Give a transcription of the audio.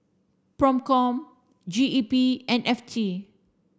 PROCOM G E P and F T